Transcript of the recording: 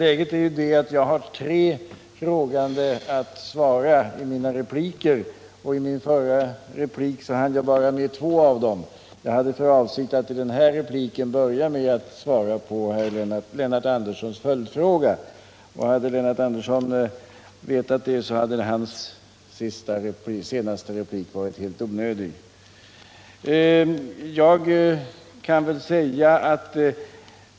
Herr talman! Jag har tre frågande att svara i mina repliker. I min förra replik hann jag bara med två av dem. Jag hade för avsikt att i den här repliken börja med att svara på Lennart Anderssons följdfråga. Hade Lennart Andersson vetat det hade hans senaste replik varit helt onödig.